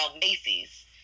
Macy's